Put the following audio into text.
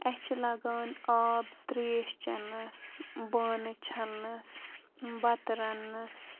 اَسہِ چھِ لَگان آب تریش چَنَس بانہٕ چھَلنَس بَتہٕ رَننَس